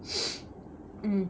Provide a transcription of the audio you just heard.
mm